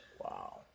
Wow